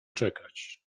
czekać